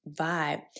vibe